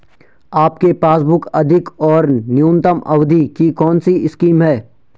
आपके पासबुक अधिक और न्यूनतम अवधि की कौनसी स्कीम है?